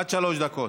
עד שלוש דקות.